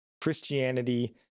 Christianity